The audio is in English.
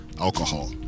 alcohol